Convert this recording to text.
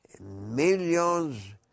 millions